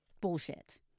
bullshit